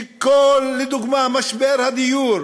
לדוגמה, שכל משבר הדיור